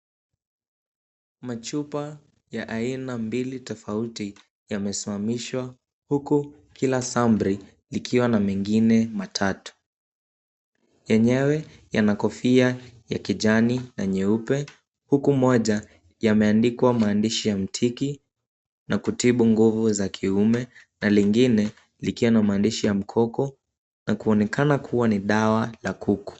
Machupa ya aina mbili tofauti yamesimamishwa huku kila sambri ikiwa na mengine matatu. Yenyewe yana kofia ya kijani na nyeupe huku moja yameandikwa maandishi ya mtiki na kutibu nguvu za kiume na lingine likiwa na maandishi ya mkoko na kuonekana kuwa ni dawa la kuku.